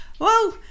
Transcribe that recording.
whoa